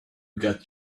got